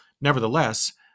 Nevertheless